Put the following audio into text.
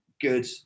good